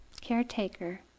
caretaker